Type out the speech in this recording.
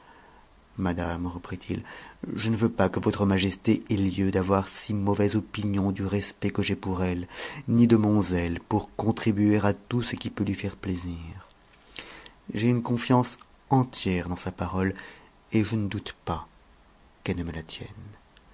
madame reprit-il je ne veux pas que votre majesté ait lieu d'avoir si mauvaise opinion du respect que j'ai pour elle ni de mon zèle pour contribuer à tout ce qui peut lui faire plaisir j'ai une confiance entière dans sa parole et je ne doute pas qu'elle ne me la tienne